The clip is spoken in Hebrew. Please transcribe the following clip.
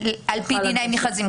פי דיני מכרזים?